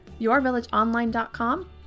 yourvillageonline.com